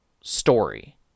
story